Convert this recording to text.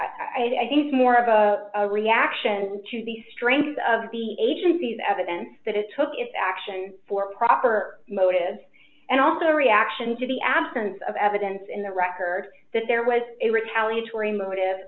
act i think more of a reaction to the strength of the agency's evidence that it took action for proper motives and also a reaction to the absence of evidence in the record that there was a retaliatory motive